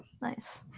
Nice